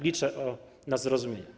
Liczę na zrozumienie.